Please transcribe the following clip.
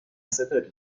ستاره